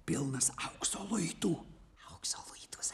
pilnas aukso luitų aukso luitų